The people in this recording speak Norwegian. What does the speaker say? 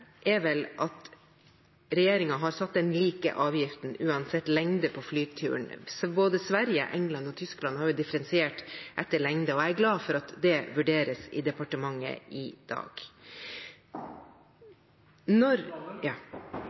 er vel at regjeringen har satt lik avgift uansett lengde på flyturen. Både Sverige, England og Tyskland har differensiert etter lengde, og jeg er glad for at det vurderes i departementet i dag.